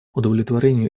удовлетворению